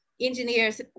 engineers